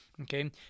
Okay